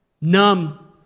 numb